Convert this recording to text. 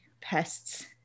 pests